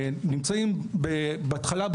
שנמצאות בהתחלה,